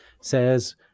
says